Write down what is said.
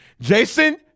Jason